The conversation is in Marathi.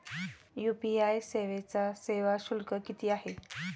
यू.पी.आय सेवेचा सेवा शुल्क किती आहे?